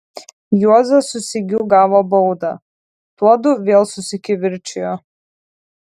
juozas su sigiu gavo baudą tuodu vėl susikivirčijo